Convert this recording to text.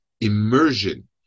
immersion